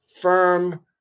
firm